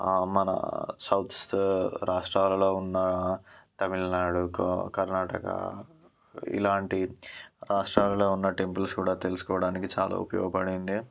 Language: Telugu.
మన సౌత్స్ రాష్ట్రాలలో ఉన్న తమిళనాడుకు కర్ణాటక ఇలాంటి రాష్ట్రాలలో ఉన్న టెంపుల్స్ కూడా తెలుసుకోవడానికి చాలా ఉపయోగపడింది